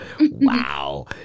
Wow